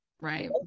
Right